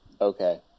Okay